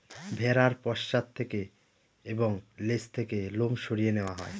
ভেড়ার পশ্চাৎ থেকে এবং লেজ থেকে লোম সরিয়ে নেওয়া হয়